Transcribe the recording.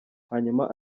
hanyuma